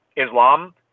Islam